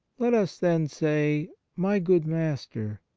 let us, then, say my good master,